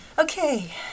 Okay